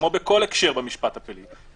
כמו בכל הקשר במשפט הפלילי,